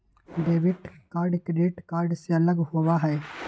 debit card credit card से अलग होबा हई